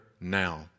now